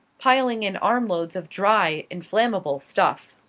piling in armloads of dry, inflammable stuff.